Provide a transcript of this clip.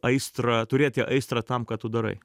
aistrą turėti aistrą tam ką tu darai